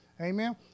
Amen